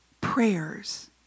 prayers